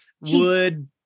would-